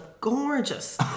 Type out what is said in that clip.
gorgeous